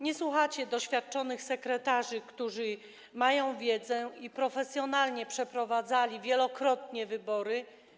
Nie słuchacie doświadczonych sekretarzy, którzy mają wiedzę, profesjonalnie przeprowadzali wielokrotnie wybory.